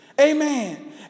Amen